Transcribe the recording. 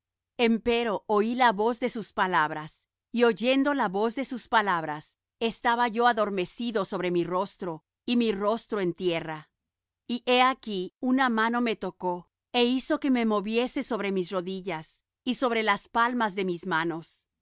alguno empero oí la voz de sus palabras y oyendo la voz de sus palabras estaba yo adormecido sobre mi rostro y mi rostro en tierra y he aquí una mano me tocó é hizo que me moviese sobre mis rodillas y sobre las palmas de mis manos